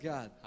God